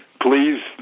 Please